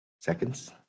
Seconds